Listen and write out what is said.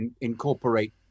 incorporate